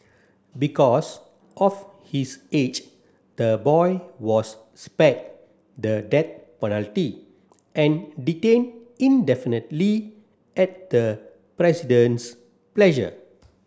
because of his age the boy was spared the death penalty and detained indefinitely at the President's pleasure